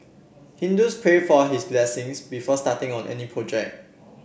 Hindus pray for his blessings before starting on any project